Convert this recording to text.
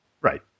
Right